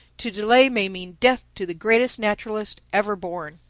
to delay may mean death to the greatest naturalist ever born!